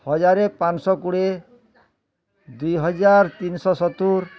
ହଜାର ପାଞ୍ଚଶହ କୋଡ଼ିଏ ଦୁଇ ହଜାର ତିନି ଶହ ସତୁରୀ